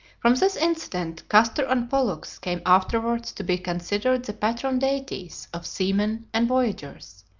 from this incident, castor and pollux came afterwards to be considered the patron deities of seamen and voyagers,